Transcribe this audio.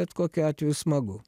bet kokiu atveju smagu